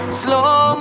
slow